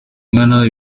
nkana